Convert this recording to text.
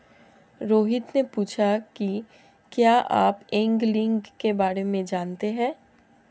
रोहित ने पूछा कि क्या आप एंगलिंग के बारे में जानते हैं?